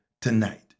tonight